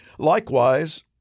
Likewise